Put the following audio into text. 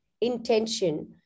intention